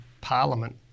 parliament